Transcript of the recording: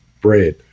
bread